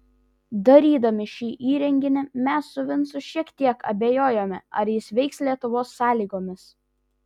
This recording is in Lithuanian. darydami šį įrenginį mes su vincu šiek tiek abejojome ar jis veiks lietuvos sąlygomis